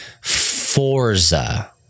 Forza